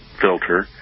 filter